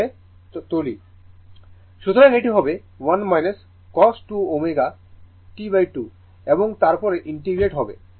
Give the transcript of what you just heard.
সুতরাং এটি হবে 1 cos 2 ω T2 এবং তারপরে ইন্টিগ্রেট হবে